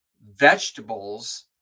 vegetables